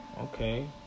Okay